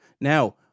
Now